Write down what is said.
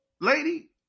lady